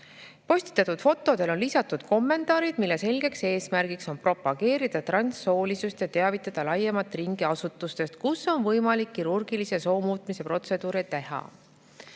Postitatud fotodele on lisatud kommentaarid, mille selge eesmärk on propageerida transsoolisust ja teavitada laiemat ringi asutustest, kus on võimalik kirurgilise soomuutmise protseduure teha.